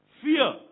fear